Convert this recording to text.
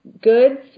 goods